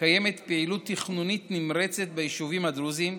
קיימת פעילות תכנונית נמרצת ביישובים הדרוזיים,